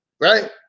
right